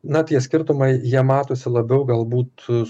na tie skirtumai jie matosi labiau galbūt